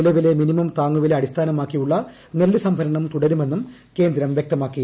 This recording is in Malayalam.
നിലവിലെ മിനിമം താങ്ങുവില അടിസ്ഥാനമാക്കിയുള്ള നെല്ല് സംഭരണം തുടരുമെന്നും കേന്ദ്രം വ്യക്തമാക്കി